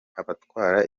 abatwara